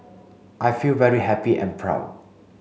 I feel very happy and proud